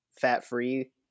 fat-free